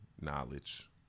knowledge